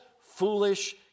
foolish